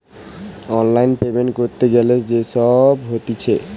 online payment ক্যরতে গ্যালে যে সব হতিছে